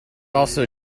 also